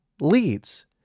leads